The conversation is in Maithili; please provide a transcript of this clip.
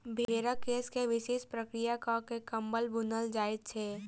भेंड़क केश के विशेष प्रक्रिया क के कम्बल बुनल जाइत छै